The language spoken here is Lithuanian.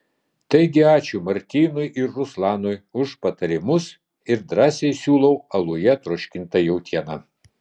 taigi ačiū martynui ir ruslanui už patarimus ir drąsiai siūlau aluje troškintą jautieną